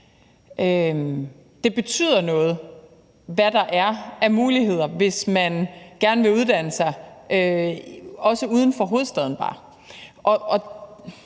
Det betyder noget, hvad der er af muligheder, hvis man gerne vil uddanne sig, også bare uden for hovedstaden.